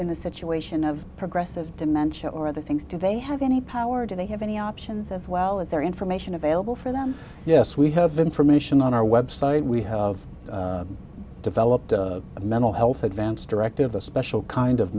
the situation of progressive dementia or other things do they have any power do they have any options as well is there information available for them yes we have information on our website we have of developed a mental health advance directive a special kind of